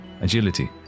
Agility